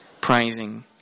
praising